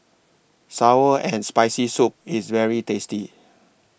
Sour and Spicy Soup IS very tasty